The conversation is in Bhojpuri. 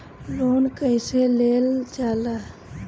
लोन कईसे लेल जाला?